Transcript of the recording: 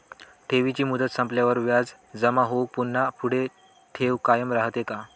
ठेवीची मुदत संपल्यावर व्याज जमा होऊन पुन्हा पुढे ठेव कायम राहते का?